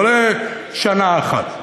לא לשנה אחת.